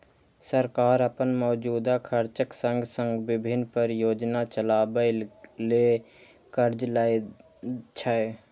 सरकार अपन मौजूदा खर्चक संग संग विभिन्न परियोजना चलाबै ले कर्ज लै छै